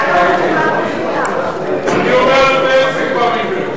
שיגיד רק שלוש, אני אומר את זה עשר פעמים ביום.